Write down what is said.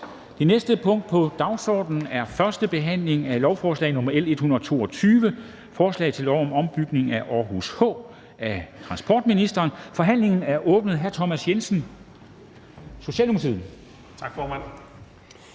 Det næste punkt på dagsordenen er: 6) 1. behandling af lovforslag nr. L 122: Forslag til lov om ombygning af Aarhus H. Af transportministeren (Trine Bramsen).